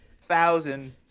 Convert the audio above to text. Thousand